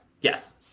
Yes